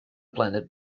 planet